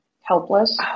helpless